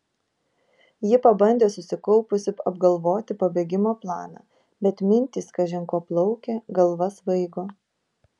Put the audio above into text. ji pabandė susikaupusi apgalvoti pabėgimo planą bet mintys kažin ko plaukė galva svaigo